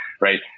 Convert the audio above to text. right